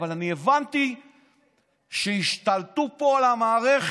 אבל אני הבנתי שהשתלטו פה על המערכת,